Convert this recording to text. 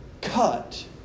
cut